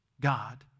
God